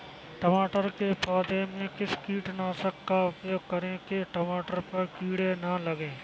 टमाटर के पौधे में किस कीटनाशक का उपयोग करें कि टमाटर पर कीड़े न लगें?